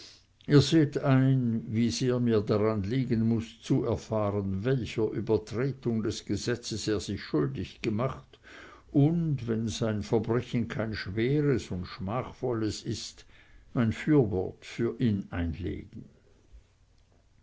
ihr seht ein wie sehr mir daran liegen muß zu erfahren welcher übertretung des gesetzes er sich schuldig gemacht und wenn sein verbrechen kein schweres und schmachvolles ist mein fürwort für ihn einzulegen